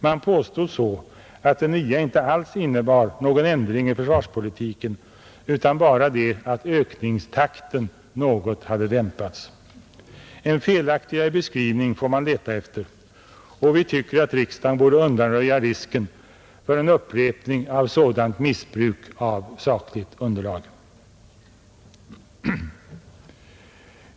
Man påstod så att det nya inte alls innebar någon ändring i försvarspolitiken utan bara att ökningstakten något hade dämpats. En felaktigare beskrivning får man leta efter, och vi tycker att riksdagen borde undanröja risken för en upprepning av sådant missbruk av ett sakligt underlag.